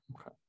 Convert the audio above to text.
Okay